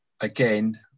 again